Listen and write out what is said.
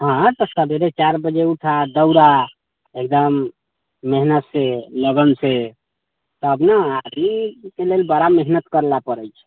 हँ तऽ सवेरे चारि बजे उठह दौड़ह एकदम मेहनतसँ लगनसँ तब ने आर्मीके लेल बड़ा मेहनत करै लेल पड़ैत छै